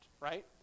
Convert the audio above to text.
right